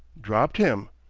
dropped him?